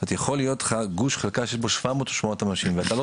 יכול להיות לך גוש/חלקה שיש בו 700 או 800 אנשים ואתה לא